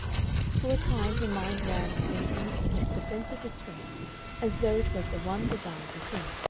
for a time her mind ran on daintiness and its defensive restraints as though it was the one desirable thing.